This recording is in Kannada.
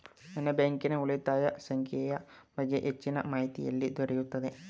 ನನ್ನ ಬ್ಯಾಂಕಿನ ಉಳಿತಾಯ ಸಂಖ್ಯೆಯ ಬಗ್ಗೆ ಹೆಚ್ಚಿನ ಮಾಹಿತಿ ಎಲ್ಲಿ ದೊರೆಯುತ್ತದೆ?